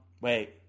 Wait